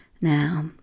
Now